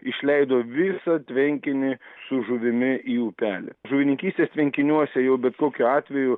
išleido visą tvenkinį su žuvimi į upelį žuvininkystės tvenkiniuose jau bet kokiu atveju